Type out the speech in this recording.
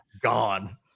Gone